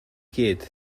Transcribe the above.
gyd